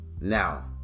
Now